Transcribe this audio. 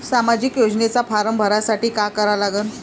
सामाजिक योजनेचा फारम भरासाठी का करा लागन?